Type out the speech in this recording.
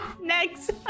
Next